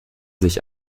sich